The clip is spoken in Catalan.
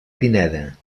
pineda